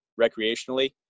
recreationally